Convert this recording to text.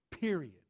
Period